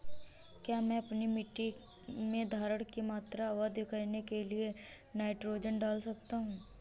क्या मैं अपनी मिट्टी में धारण की मात्रा अधिक करने के लिए नाइट्रोजन डाल सकता हूँ?